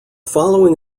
following